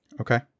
Okay